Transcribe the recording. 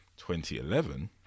2011